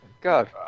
God